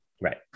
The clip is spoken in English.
Right